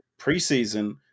preseason